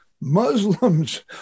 Muslims